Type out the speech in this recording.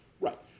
Right